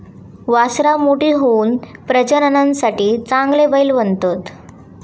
वासरां मोठी होऊन प्रजननासाठी चांगले बैल बनतत